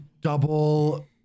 double